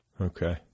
Okay